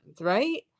Right